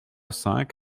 cinq